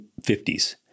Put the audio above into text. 50s